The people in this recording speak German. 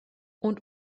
und